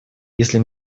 если